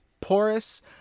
porous